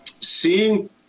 Seeing